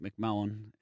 McMullen